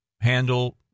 handle